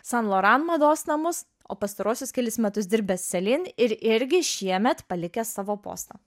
san loran mados namus o pastaruosius kelis metus dirbęs selin ir irgi šiemet palikęs savo postą